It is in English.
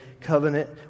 covenant